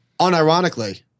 Unironically